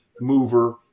mover